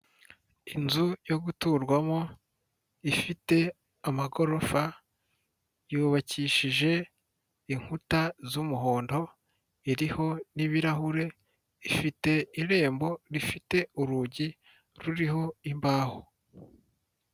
Inzu yo guturwamo ifite amagorofa, yubakishije inkuta z'umuhondo iriho n'ibirahure ifite irembo rifite urugi ruriho imbaho.